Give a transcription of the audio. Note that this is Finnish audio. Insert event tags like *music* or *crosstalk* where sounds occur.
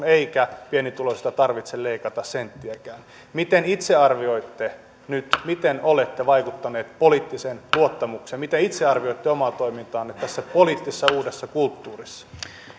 *unintelligible* eikä pienituloisista tarvitse leikata senttiäkään miten itse arvioitte nyt miten olette vaikuttaneet poliittiseen luottamukseen miten itse arvioitte omaa toimintaanne tässä poliittisessa uudessa kulttuurissa